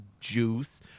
juice